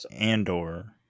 Andor